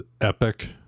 epic